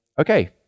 Okay